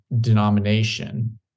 denomination